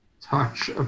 touch